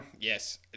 yes